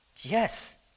Yes